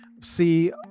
see